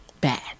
bad